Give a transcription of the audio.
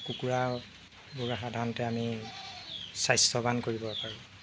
কুকুৰাবোৰ সাধাৰণতে আমি স্বাস্থ্যবান কৰিব পাৰোঁ